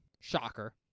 Shocker